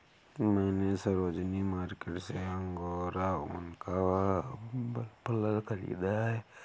मैने सरोजिनी मार्केट से अंगोरा ऊन का मफलर खरीदा है